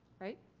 right?